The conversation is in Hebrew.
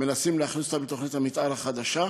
מנסים להכניס אותן לתוכנית המתאר החדשה,